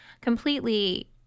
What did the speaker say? Completely